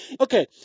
Okay